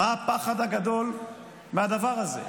מה הפחד הגדול מהדבר הזה?